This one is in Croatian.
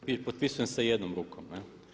I potpisujem se jednom rukom.